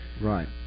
Right